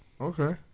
Okay